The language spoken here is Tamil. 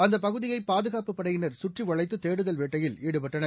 அந்தபகுதியைபாதுகாப்புப் படையின் சுற்றிவளைத்துதேடுதல் வேட்டையில் ஈடுபட்டனர்